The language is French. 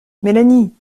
mélanie